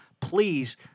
please